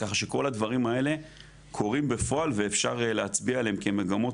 ככה שכל הדברים האלה קורים בפועל ואפשר להצביע עליהם כמגמות